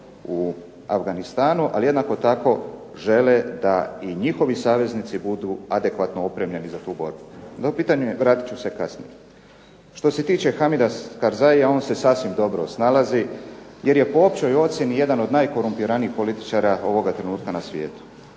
u Afganistanu, ali jednako tako žele da i njihovi saveznici budu adekvatno opremljeni za tu borbu. Vratit ću se kasnije. Što se tiče Hamida Karzaia on se sasvim dobro snalazi, jer je po općoj ocjeni jedan od najkorumpiranijih političara ovog trenutka na svijetu.